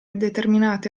determinate